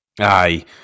Aye